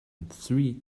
three